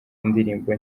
ndirimbo